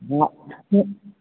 हा हा